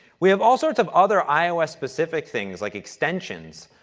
we have all sorts of other ios-specific things, like extensions.